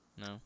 No